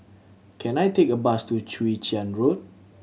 can I take a bus to Chwee Chian Road